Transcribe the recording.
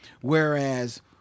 Whereas